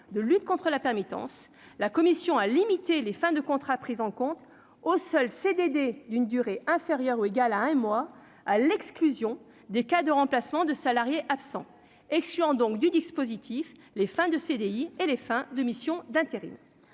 de lutte contre la permittence, la commission a limité les fins de contrat prise en compte au seul CDD d'une durée inférieure ou égale à un mois à l'exclusion des cas de remplacements de salariés absents, excluant donc du dispositif, les fins de CDI et les fins de mission d'intérim,